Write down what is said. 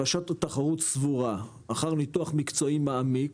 רשות התחברות סבורה אחר ניתוח מקצועי מעמיק,